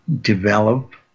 develop